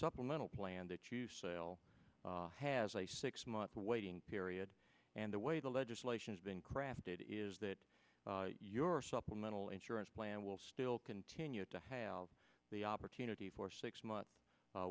supplemental plan that you still has a six month waiting period and the way the legislation is being crafted is that your supplemental insurance plan will still continue to hail the opportunity for six month